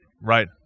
right